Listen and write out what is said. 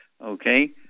okay